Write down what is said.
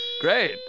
Great